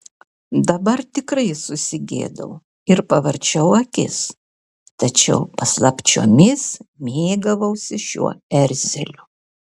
dabar tikrai susigėdau ir pavarčiau akis tačiau paslapčiomis mėgavausi šiuo erzeliu